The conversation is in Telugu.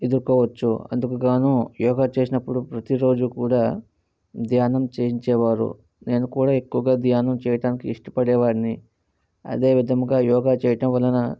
ఎదురుకోవచ్చు అందుకు గాను యోగా చేసినప్పుడు ప్రతి రోజు కూడా ధ్యానం చేయించేవారు నేను కూడా ఎక్కువుగా ధ్యానం చేయటానికి ఇష్టపడే వాడిని అదే విధముగా యోగా చేయటం వలన